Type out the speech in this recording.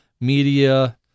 media